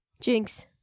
Jinx